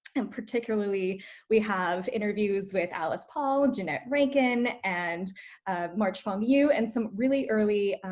and particularly we have interviews with alice paul, janette rankin, and march fong eu, and some really early,